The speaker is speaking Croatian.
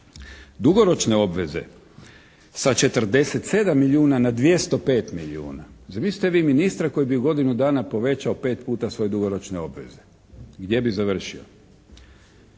Dugoročne obveze sa 47 milijuna na 205 milijuna. Zamislite vi ministra koji bi u godinu dana povećao 5 puta svoje dugoročne obveze. Gdje bi završio?